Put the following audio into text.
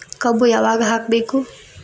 ಕಬ್ಬು ಯಾವಾಗ ಹಾಕಬೇಕು?